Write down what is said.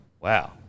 Wow